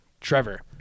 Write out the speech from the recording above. Trevor